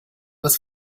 was